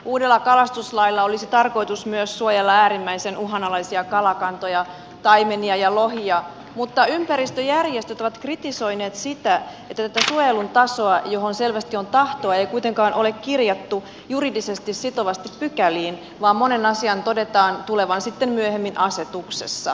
uudella kalastuslailla olisi tarkoitus myös suojella äärimmäisen uhanalaisia kalakantoja taimenia ja lohia mutta ympäristöjärjestöt ovat kritisoineet sitä että tätä suojelun tasoa johon selvästi on tahtoa ei kuitenkaan ole kirjattu juridisesti sitovasti pykäliin vaan monen asian todetaan tulevan sitten myöhemmin asetuksessa